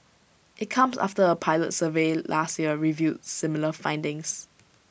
IT comes after A pilot survey last year revealed similar findings